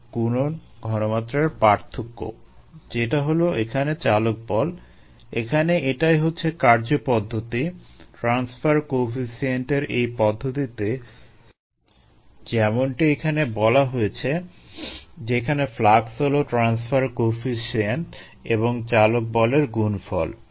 gas দশায় transfer কোয়েফিসিয়েন্টটি হলো ky গুণন ঘনমাত্রার পার্থক্য যেটা হলো এখানে চালক বল এখানে এটাই হচ্ছে কার্যপদ্ধতি ট্রান্সফার কোয়েফিসিয়েন্টের এই পদ্ধতিতে যেমনটি এখানে বলা হয়েছে যেখানে ফ্লাক্স হলো ট্রান্সফার কোয়েফিসিয়েন্ট এবং চালক বলের গুণফল